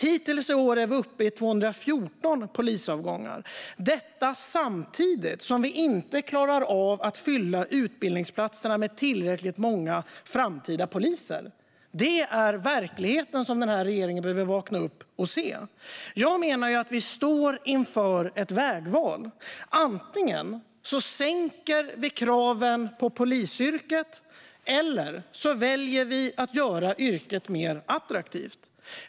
Hittills i år är vi uppe i 214 polisavgångar, detta samtidigt som vi inte klarar av att fylla utbildningsplatserna med tillräckligt många framtida poliser. Det är verkligheten som regeringen behöver vakna upp och se. Jag menar att vi står inför ett vägval. Antingen sänker vi kraven på polisyrket, eller så väljer vi att göra yrket mer attraktivt.